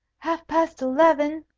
half-past eleven,